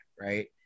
right